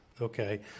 Okay